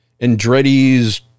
Andretti's